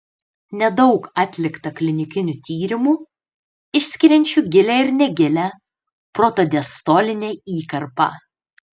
nedaug atlikta klinikinių tyrimų išskiriančių gilią ir negilią protodiastolinę įkarpą